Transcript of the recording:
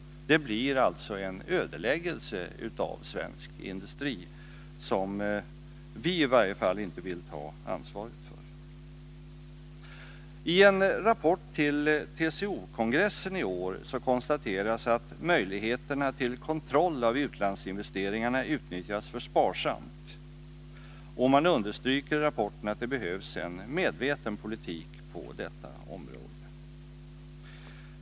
Det blir alltså en ödeläggelse av svensk industri, som i varje fall vi inte vill ta ansvaret för. I en rapport till TCO-kongressen i år konstateras att möjligheterna till kontroll av utlandsinvesteringarna utnyttjas för sparsamt, och man understryker att det behövs en medveten politik på detta område.